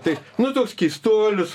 tai nu toks keistuolius